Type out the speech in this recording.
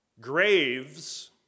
Graves